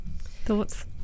thoughts